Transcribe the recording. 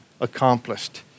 accomplished